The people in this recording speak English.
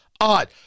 odd